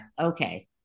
okay